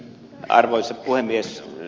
arvoisa puhemies